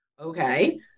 Okay